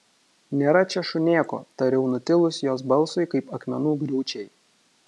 nėra čia šunėko tariau nutilus jos balsui kaip akmenų griūčiai